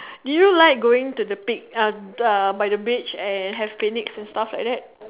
do you like going to the pic uh by the beach and have picnic and stuff like that